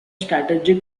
strategic